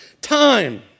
time